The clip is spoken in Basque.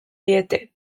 diete